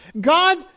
God